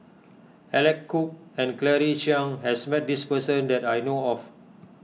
Alec Kuok and Claire Chiang has met this person that I know of